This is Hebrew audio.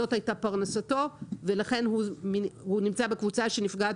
זאת הייתה פרנסתו ולכן הוא נמצא בקבוצה שנפגעת